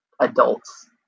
adults